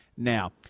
Now